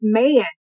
man